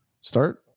Start